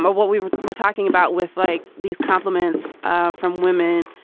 but what we were were talking about with like these compliments ah from women.